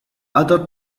other